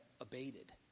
abated